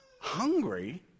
hungry